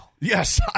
Yes